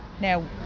Now